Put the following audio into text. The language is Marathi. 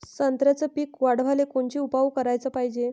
संत्र्याचं पीक वाढवाले कोनचे उपाव कराच पायजे?